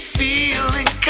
feeling